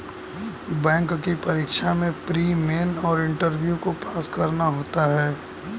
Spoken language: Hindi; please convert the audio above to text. बैंक की परीक्षा में प्री, मेन और इंटरव्यू को पास करना होता है